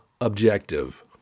objective